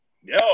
Yo